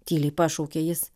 tyliai pašaukė jis